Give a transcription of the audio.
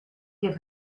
give